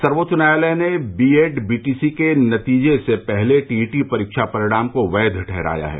सर्वोच्च न्यायालय ने बीएड बीटीसी के नतीजे से पहले टीईटी परीक्षा परिणाम को वैध ठहराया है